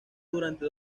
durante